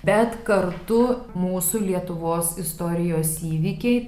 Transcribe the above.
bet kartu mūsų lietuvos istorijos įvykiai